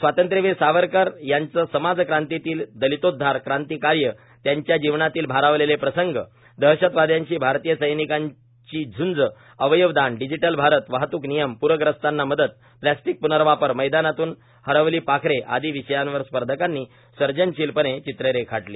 स्वातंत्र्यवीर सावरकर यांचे समाजक्रांतीतील दलितोद्धार क्रांतिकार्य त्यांच्या जीवनातील भारावलेले प्रसंग दहशतवाद्यांशी भारतीय सैनिकांची झूंज अवयव दान डिजिटल भारत वाहतूक नियम प्रग्रस्तांना मदत प्लास्टिक प्नर्वापर मैदानातून हरवली पाखऱे आदी विषयावर स्पर्धकांनी सर्जनशीलपणे चित्रे रेखाटली